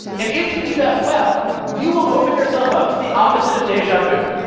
and if you do that well, you will open yourself up to the opposite of deja vu.